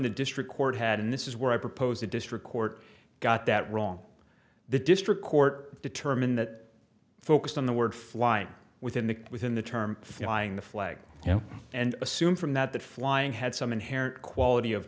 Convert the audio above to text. the district court had and this is where i proposed a district court got that wrong the district court determined that focused on the word fly within the within the term flying the flag and assume from that that flying had some inherent quality of